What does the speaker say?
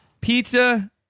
Pizza